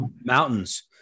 mountains